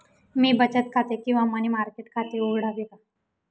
मी बचत खाते किंवा मनी मार्केट खाते उघडावे का?